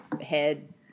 head